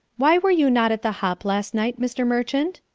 why were you not at the hop last night, mr. merchant?